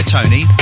Tony